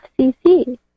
FCC